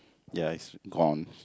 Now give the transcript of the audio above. ya it's gone